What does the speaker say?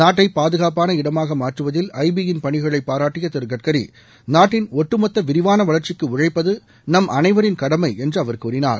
நாட்டை பாதுகாப்பான இடமாக மாற்றுவதில் ஐ பி யின் பணிகளை பாராட்டிய திரு கட்கரி நாட்டின் ஒட்டுமொத்த விரிவான வளர்ச்சிக்கு உழைப்பது நாம் அனைவரின் கடமை என்று அவர் கூறினார்